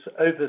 over